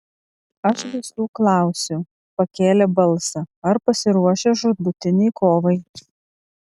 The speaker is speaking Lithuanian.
aš visų klausiu pakėlė balsą ar pasiruošę žūtbūtinei kovai